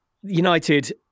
United